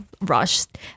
rushed